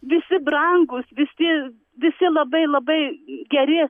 visi brangūs visi visi labai labai geri